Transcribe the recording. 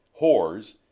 Whores